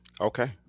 Okay